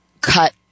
cut